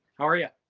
how are ya?